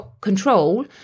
control